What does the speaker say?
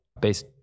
based